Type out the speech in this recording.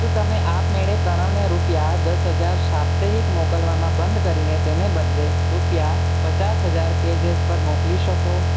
શું તમે આપમેળે પ્રણવને રૂપિયા દસ હજાર સાપ્તાહિક મોકલવાના બંધ કરીને તેને બદલે રૂપિયા પચાસ હજાર પેઝેપ પર મોકલી શકો